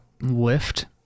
lift